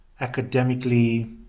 academically